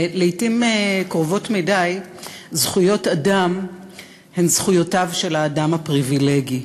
לעתים קרובות מדי זכויות אדם הן זכויותיו של האדם הפריבילגי,